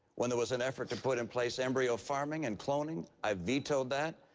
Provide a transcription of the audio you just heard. when there was an effort to put in place embryo farming and cloning, i vetoed that.